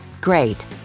great